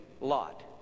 Lot